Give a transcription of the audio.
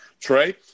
Trey